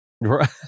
Right